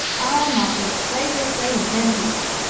our motto is play your play and then dig in.